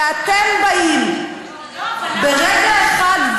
ואתם באים ברגע אחד,